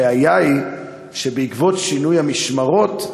הבעיה היא שבעקבות שינוי המשמרות,